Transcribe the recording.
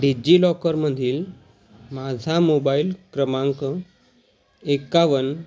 डिज्जिलॉकरमधील माझा मोबाइल क्रमांक एकावन्न